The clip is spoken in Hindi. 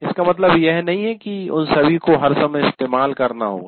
इसका मतलब यह नहीं है कि उन सभी को हर समय इस्तेमाल करना होगा